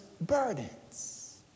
burdens